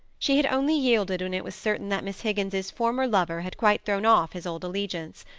she had only yielded when it was certain that miss higgins's former lover had quite thrown off his old allegiance,